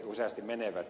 useasti menevät